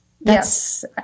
Yes